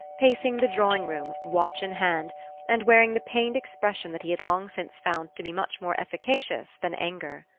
pacing the drawing-room, watch in hand and wearing the pained expression that he had long since found to be much more efficacious than anger.